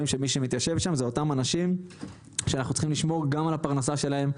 שמי שמתיישב שם זה אותם אנשים שאנחנו צריכים לשמור גם על הפרנסה שהם,